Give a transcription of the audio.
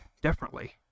differently